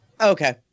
Okay